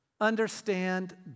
understand